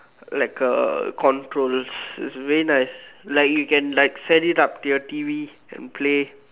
like a controls its very nice like you can like set it up to your T_V and play